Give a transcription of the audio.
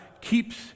keeps